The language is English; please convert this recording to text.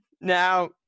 Now